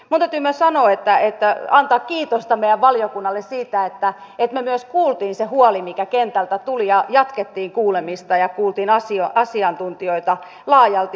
mutta minun täytyy myös antaa kiitosta meidän valiokunnalle siitä että me myös kuulimme sen huolen mikä kentältä tuli ja jatkoimme kuulemista ja kuulimme asiantuntijoita laajalti